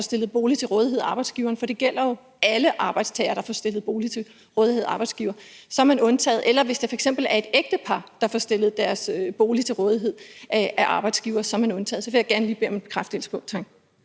der får stillet en bolig til rådighed af arbejdsgiveren – for det gælder jo alle arbejdstagere, der får stillet en bolig til rådighed af arbejdsgiveren – så er man undtaget. Det samme gælder, hvis det f.eks. er et ægtepar, der får stillet deres bolig til rådighed af arbejdsgiveren; så er man også undtaget. Det vil jeg gerne lige bede om en bekræftelse på.